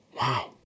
Wow